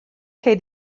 cei